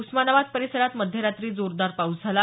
उस्मानाबाद परिसरात मध्यरात्री जोरदार पाऊस झाला